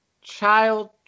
child